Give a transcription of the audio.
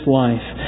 life